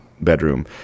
bedroom